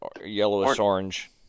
yellowish-orange